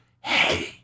Hey